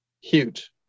huge